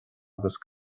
agus